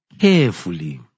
carefully